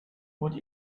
would